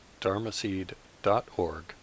dharmaseed.org